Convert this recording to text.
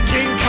King